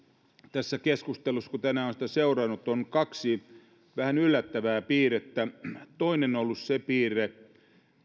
tässä keskustelussa kun tänään olen sitä seurannut on ollut kaksi vähän yllättävää piirrettä toinen on ollut se piirre